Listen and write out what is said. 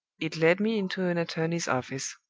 it led me into an attorney's office.